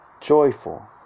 joyful